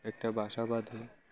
একটা বাসা বাঁধে